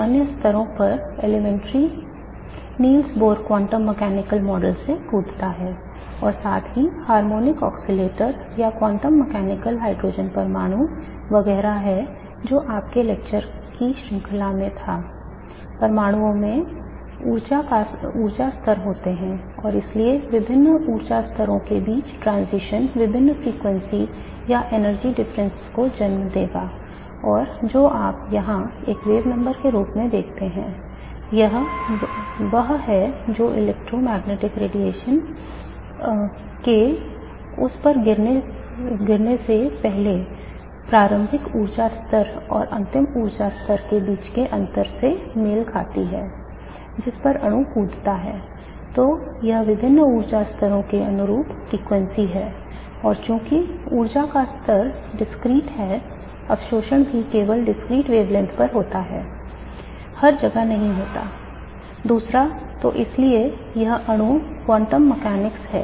अणु केवल विशिष्ट ऊर्जाओं है